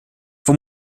von